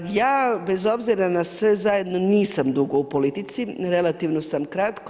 Ja bez obzira na sve zajedno nisam dugo u politici, relativno sam kratko.